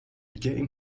game